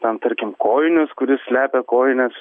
ten tarkim kojinius kuris slepia kojines